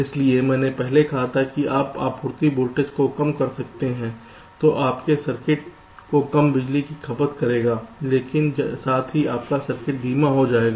इसलिए मैंने पहले कहा था कि आप आपूर्ति वोल्टेज को कम कर सकते हैं जो आपके सर्किट को कम बिजली की खपत करेगा लेकिन साथ ही आपका सर्किट धीमा हो जाएगा